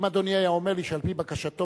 אם אדוני היה אומר לי שעל-פי בקשתו